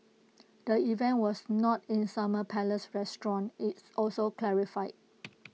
the event was not in summer palace restaurant its also clarified